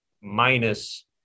minus